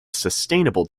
sustainable